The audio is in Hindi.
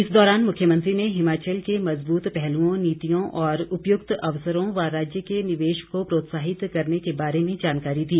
इस दौरान मुख्यमंत्री ने हिमाचल के मजबूत पहलुओं नीतियों और उपयुक्त अवसरों व राज्य के निवेश को प्रोत्साहित करने के बारे में जानकारी दी